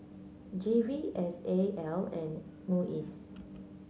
G V S A L and MUIS